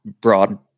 broad